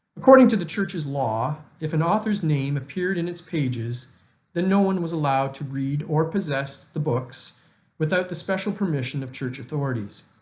according to the church's law, if an author's name appeared in its pages then no one was allowed to read or possess the books without the special permission of church authorities.